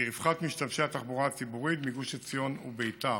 לרווחת משתמשי התחבורה הציבורית בגוש עציון וביתר.